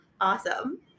awesome